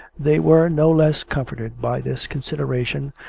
they were no less comforted by this consideration,